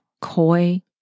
coy